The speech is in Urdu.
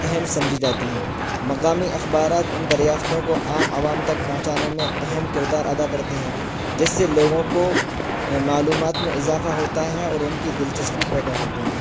اہم سمجھی جاتی ہیں مقامی اخبارات ان دریافتوں کو عام عوام تک پہنچانے میں اہم کردار ادا کرتے ہیں جس سے لوگوں کو معلومات میں اضافہ ہوتا ہے اور ان کی دلچسپی پیدا ہوتی ہے